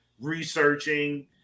researching